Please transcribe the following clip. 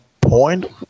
point